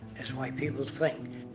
is why people think.